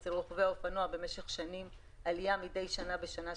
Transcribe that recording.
אצל רוכבי האופנוע במשך שנים יש עלייה מדי שנה בשנה,